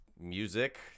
music